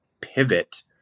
pivot